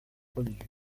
religieux